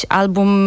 album